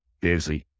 busy